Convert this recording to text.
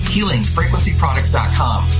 HealingFrequencyProducts.com